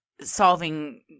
solving